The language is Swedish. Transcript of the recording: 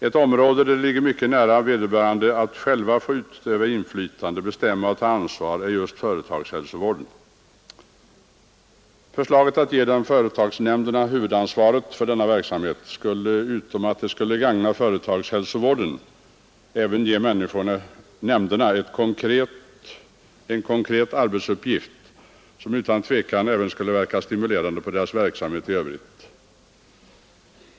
Ett område där det ligger mycket nära att de anställda själva får utöva inflytande, bestämma och ta ansvar för sin situation är just företagshälsovården. Förslaget att ge företagsnämnderna huvudansvaret för denna verksamhet skulle, förutom att det gagnade företagshälsovården, även ge nämnderna en konkret arbetsuppgift, som utan tvivel skulle verka stimulerande även på deras verksamhet i övrigt.